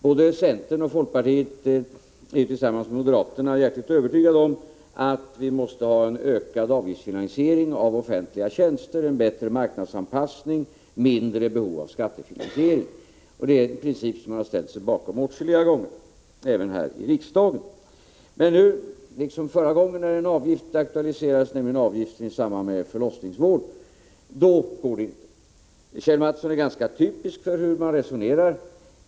Både centern och folkpartiet är tillsammans med moderaterna övertygade om att det måste ske en ökad avgiftsfinansiering av offentliga tjänster, att det skall vara bättre marknadsanpassning och mindre behov av skattefinansiering. Det är en princip som man har ställt sig bakom åtskilliga gånger, även här i riksdagen. Men nu går det inte, lika litet som förra gången en avgift aktualiserades, nämligen avgift i samband med förlossningsvård. Kjell Mattsson är ganska typisk för hur man resonerar.